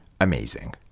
amazing